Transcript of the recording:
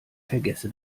vergesse